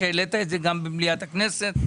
שהעלית את זה גם במליאת הכנסת,